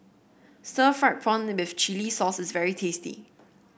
Stir Fried Prawn with Chili Sauce is very tasty